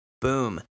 Boom